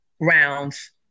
rounds